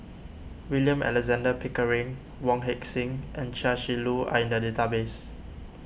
William Alexander Pickering Wong Heck Sing and Chia Shi Lu are in the database